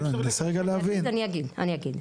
אני אגיד.